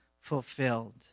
fulfilled